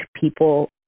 people